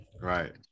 Right